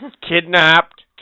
kidnapped